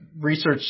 research